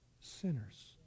sinners